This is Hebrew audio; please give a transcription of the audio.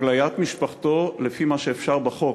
הגליית משפחתו לפי מה שאפשר בחוק,